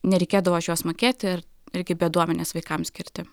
nereikėdavo už juos mokėti ir irgi bėduomenės vaikams skirti